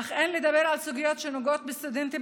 אך אין לדבר על סוגיות שנוגעות לסטודנטים